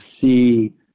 see